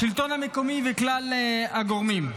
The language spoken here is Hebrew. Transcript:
השלטון המקומי וכלל הגורמים.